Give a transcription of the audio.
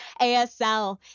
ASL